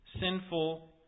sinful